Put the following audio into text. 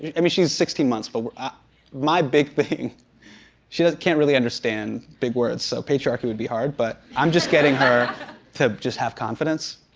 i mean she's sixteen months but ah my big big thing she can't really understand big words, so patriarchy would be hard. but, i'm just getting her to just have confidence.